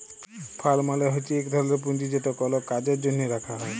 fund মালে হছে ইক ধরলের পুঁজি যেট কল কাজের জ্যনহে রাখা হ্যয়